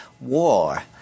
war